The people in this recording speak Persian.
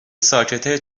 ساکته